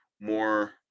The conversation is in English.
more